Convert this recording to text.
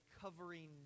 covering